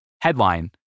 Headline